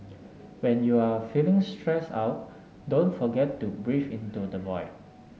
when you are feeling stressed out don't forget to breathe into the void